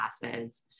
classes